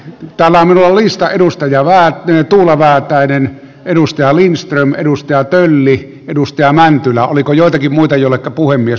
täällä minua listaa edustaja vaan tule väätäinen edustaja lindström edusti hotellin edustaja mäntylä oliko joitakin muita arvoisa puhemies